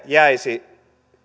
jäisi